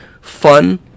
fun